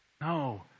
No